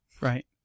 Right